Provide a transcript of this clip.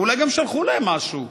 ואולי גם שלחו להם משהו.